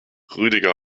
rüdiger